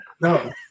No